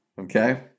Okay